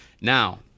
now